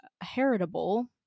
heritable